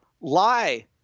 lie